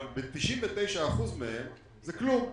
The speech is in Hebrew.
אבל ב-99% מהם זה כלום.